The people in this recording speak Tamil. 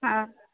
ஆ